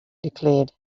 declared